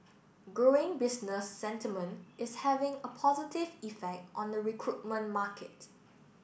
growing business sentiment is having a positive effect on the recruitment market